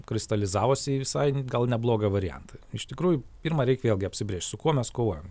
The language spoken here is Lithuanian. kristalizavosi į visai gal neblogą variantą iš tikrųjų pirma reikia vėlgi apsibrėžt su kuo mes kovojam